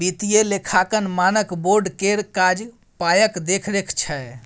वित्तीय लेखांकन मानक बोर्ड केर काज पायक देखरेख छै